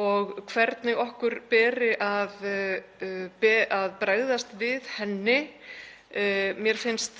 og hvernig okkur ber að bregðast við henni. Mér finnst